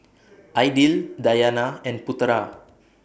Aidil Dayana and Putera